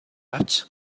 авч